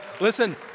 listen